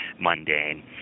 mundane